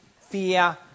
fear